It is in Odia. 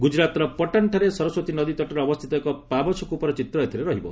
ଗୁଜରାତର ପଟାନଠାରେ ସରସ୍ୱତୀ ନଦୀ ତଟରେ ଅବସ୍ଥିତ ଏକ ପାବଛ କୃପର ଚିତ୍ର ଏଥିରେ ରହିବ